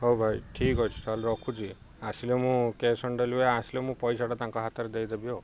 ହଉ ଭାଇ ଠିକ୍ ଅଛି ତାହେଲେ ରଖୁଛି ଆସିଲେ ମୁଁ କ୍ୟାସ୍ ଅନ୍ ଡେଲିଭରି ଆସିଲେ ମୁଁ ପଇସାଟା ତାଙ୍କ ହାତରେ ଦେଇଦେବି ଆଉ